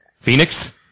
Phoenix